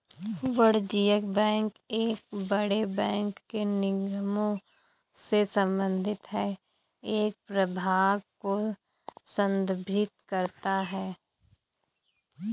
वाणिज्यिक बैंक एक बड़े बैंक के निगमों से संबंधित है एक प्रभाग को संदर्भित करता है